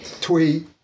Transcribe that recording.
Tweet